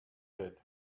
said